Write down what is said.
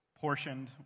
portioned